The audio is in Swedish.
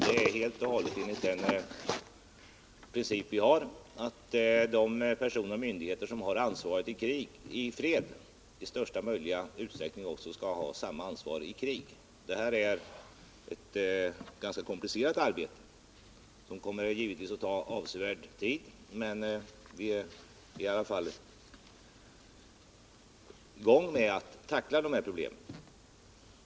Det är helt och hållet enligt den princip vi har att de personer och myndigheter som har ansvaret i fred i största möjliga utsträckning också skall ha samma ansvar i krig. Detta innebär ett ganska komplicerat arbete som kommer att ta avsevärd tid, men vi är ändå i gång med att tackla de här problemen.